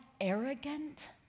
arrogant